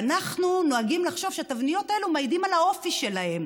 ואנחנו נוהגים לחשוב שהתבניות האלה מעידות על האופי שלהם.